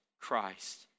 Christ